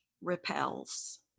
repels